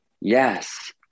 Yes